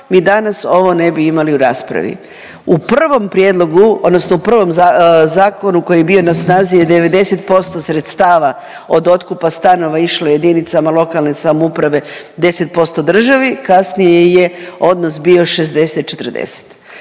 mi danas ovo ne bi imali u raspravi. U prvom prijedlogu, odnosno u prvom zakonu koji je bio na snazi je 90% sredstava od otkupa stanova išlo jedinicama lokalne samouprave, 10% državi, kasnije je odnos bio 60-40.